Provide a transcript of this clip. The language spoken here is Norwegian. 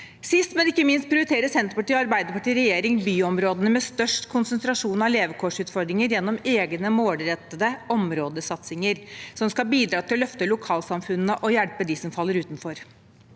Sist, men ikke minst, prioriterer Senterpartiet og Arbeiderpartiet i regjering byområdene med størst konsentrasjon av levekårsutfordringer gjennom egne, målrettede områdesatsinger, som skal bidra til å løfte lokalsamfunnene og hjelpe dem som faller utenfor.